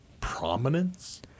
prominence